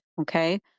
Okay